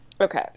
Okay